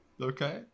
Okay